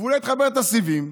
ואולי תחבר את הסיבים,